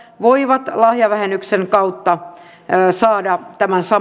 voivat lahjavähennyksen kautta saada tämän saman maan periytymään jolloin